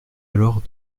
alors